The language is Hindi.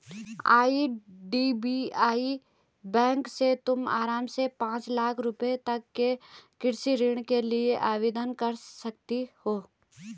आई.डी.बी.आई बैंक से तुम आराम से पाँच लाख रुपयों तक के कृषि ऋण के लिए आवेदन कर सकती हो